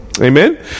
Amen